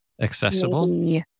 accessible